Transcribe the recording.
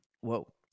Whoa